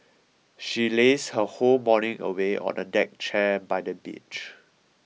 she lazed her whole morning away on a deck chair by the beach